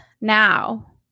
now